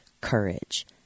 Courage